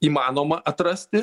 įmanoma atrasti